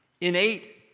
Innate